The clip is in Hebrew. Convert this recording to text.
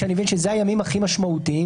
שאני מבין שאלה הימים הכי משמעותיים,